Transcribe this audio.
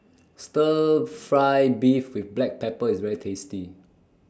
Stir Fry Beef with Black Pepper IS very tasty